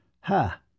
Ha